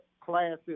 classes